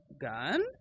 Gun